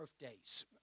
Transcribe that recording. Birthdays